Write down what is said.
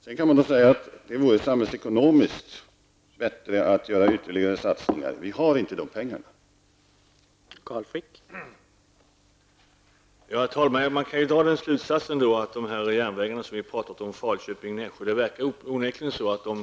Sedan kan jag säga att det samhällsekonomiskt vore bättre att göra ytterligare satsningar, men de pengarna har vi inte.